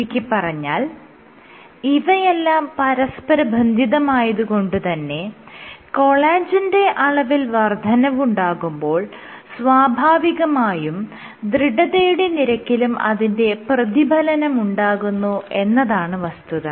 ചുരുക്കിപ്പറഞ്ഞാൽ ഇവയെല്ലാം പരസ്പരബന്ധിതമായത് കൊണ്ടുതന്നെ കൊളാജെന്റെ അളവിൽ വർദ്ധനവുണ്ടാകുമ്പോൾ സ്വാഭാവികമായും ദൃഢതയുടെ നിരക്കിലും അതിന്റെ പ്രതിഫലനമുണ്ടാകുന്നു എന്നതാണ് വസ്തുത